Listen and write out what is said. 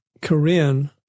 Korean